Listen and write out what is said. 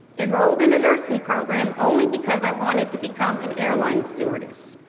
enrolled in a nursing program only because i wanted to become an airline stewardess.